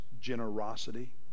generosity